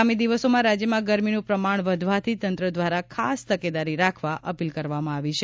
આગામી દિવસોમાં રાજ્યમાં ગરમીનું પ્રમાણ વધવાથી તંત્ર દ્વારા ખાસ તકેદારી રાખવા અપીલ કરવામાં આવી છે